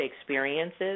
experiences